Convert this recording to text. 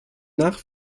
nach